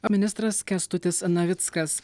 ministras kęstutis navickas